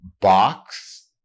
box